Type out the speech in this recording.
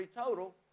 total